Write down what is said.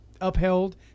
upheld